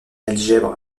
algèbre